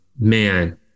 man